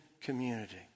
community